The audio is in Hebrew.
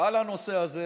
על הנושא הזה